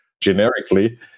generically